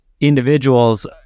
individuals